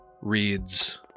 reads